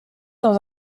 dans